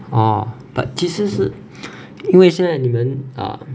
ah but 其实是因为现在你们 uh